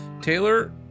Taylor